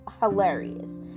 hilarious